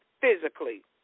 physically